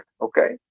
Okay